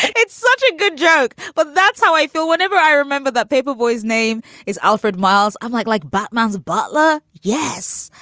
such a good joke, but that's how i feel. whatever. i remember that paper boy's name is alfred miles. i'm like like batman's butler. yes.